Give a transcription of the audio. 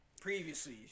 previously